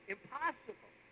Impossible